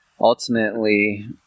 Ultimately